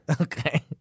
Okay